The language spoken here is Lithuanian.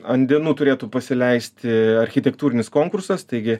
ant dienų turėtų pasileisti architektūrinis konkursas taigi